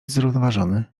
zrównoważony